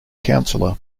counselor